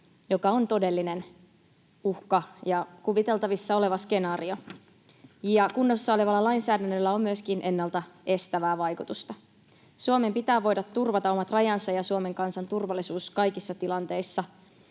joka on todellinen uhka ja kuviteltavissa oleva skenaario. Kunnossa olevalla lainsäädännöllä on myöskin ennalta estävää vaikutusta. Suomen pitää voida turvata omat rajansa ja Suomen kansan turvallisuus kaikissa tilanteissa.